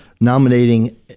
nominating